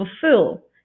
fulfill